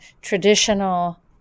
traditional